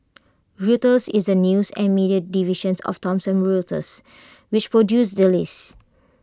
Reuters is the news and media division of Thomson Reuters which produced the list